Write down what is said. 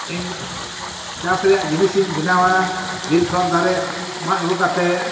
ᱤᱧ ᱪᱟᱥ ᱨᱮᱭᱟᱜ ᱡᱤᱱᱤᱥᱤᱧ ᱵᱮᱱᱟᱣᱟ ᱵᱤᱨ ᱠᱷᱚᱱ ᱫᱟᱨᱮ ᱢᱟᱜ ᱟᱹᱜᱩ ᱠᱟᱛᱮ